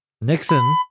Nixon